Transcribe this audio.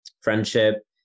friendship